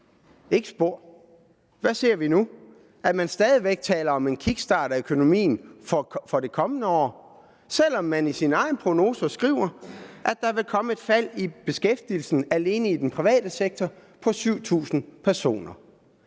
Ikke spor. Hvad ser vi nu? At man stadig væk taler om en kickstart af økonomien for det kommende år, selv om man i sine egne prognoser skriver, at der vil komme et fald i beskæftigelsen alene i den private sektor på 7.000 personer.